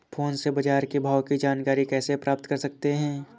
Phone से बाजार के भाव की जानकारी कैसे प्राप्त कर सकते हैं?